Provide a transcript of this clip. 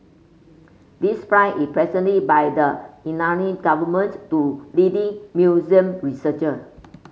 this prize is presented by the Iranian government to leading Muslim researcher